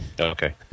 Okay